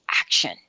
action